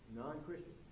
non-Christian